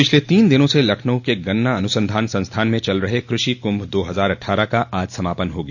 पिछले तीन दिनों से लखनऊ के गन्ना अनुसंधान संस्थान में चल रहे कृषि कुंभ दो हजार अट्ठारह का आज समापन हो गया